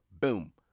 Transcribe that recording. Boom